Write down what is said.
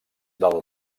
del